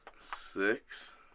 Six